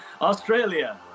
Australia